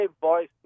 voice